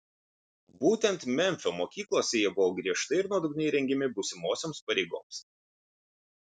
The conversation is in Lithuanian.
būtent memfio mokyklose jie buvo griežtai ir nuodugniai rengiami būsimosioms pareigoms